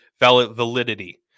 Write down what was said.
validity